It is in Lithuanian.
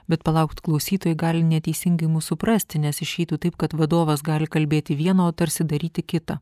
bet palaukit klausytojai gali neteisingai mus suprasti nes išeitų taip kad vadovas gali kalbėti vienao tarsi daryti kitą